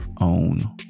own